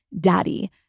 daddy